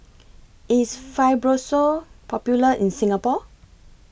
IS Fibrosol Popular in Singapore